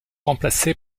remplacé